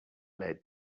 laid